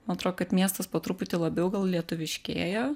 man atrodo kad miestas po truputį labiau gal lietuviškėjo